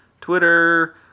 Twitter